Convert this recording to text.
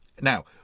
Now